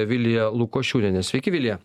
vilija lukošiūnienė sveiki vilija